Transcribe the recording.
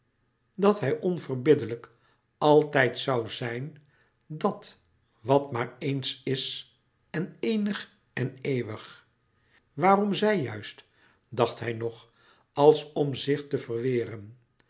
dat zij onverbiddelijk altijd zoû zijn dat wat maar eéns is en eenig en eeuwig louis couperus metamorfoze waarom zij juist dacht hij nog als om zich te verweren